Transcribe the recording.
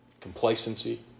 Complacency